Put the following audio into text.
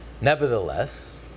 Nevertheless